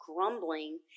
grumbling